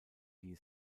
die